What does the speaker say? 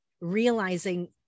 realizing